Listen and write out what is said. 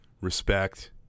respect